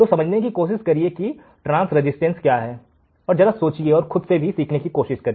तो समझने की कोशिश करिए कि ट्रांसरेसिस्टेंस क्या है जरा सोचिए और खुद से भी सीखने की कोशिश करिए